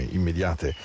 immediate